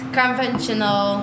conventional